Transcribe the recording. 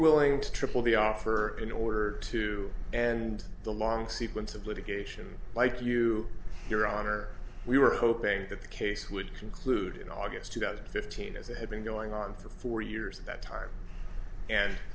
willing to triple the offer in order to and the long sequence of litigation like you your honor we were hoping that the case would conclude in august two thousand and fifteen as it had been going on for four years at that time and